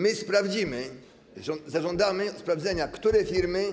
My sprawdzimy, zażądamy sprawdzenia, które firmy